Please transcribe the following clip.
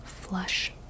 Flush